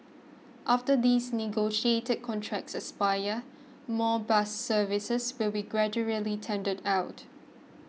after these negotiated contracts expire more bus services will be gradually tendered out